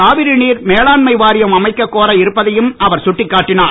காவிரி நீர் மேலாண்மை வாரியம் அமைக்க கோர இருப்பதையும் அவர் கட்டிக்காட்டிஞர்